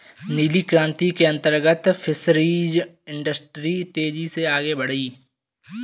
नीली क्रांति के अंतर्गत फिशरीज इंडस्ट्री तेजी से आगे बढ़ी